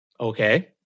Okay